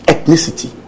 Ethnicity